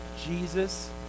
Jesus